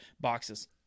boxes